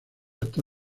está